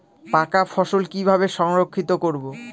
পাকা ফসল কিভাবে সংরক্ষিত করব?